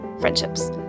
friendships